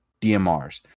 DMRs